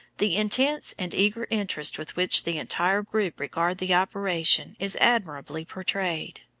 the intense and eager interest with which the entire group regard the operation is admirably portrayed.